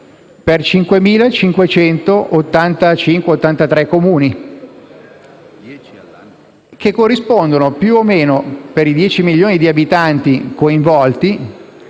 circa 5.583 Comuni, che corrispondono, più o meno (per i dieci milioni di abitanti coinvolti),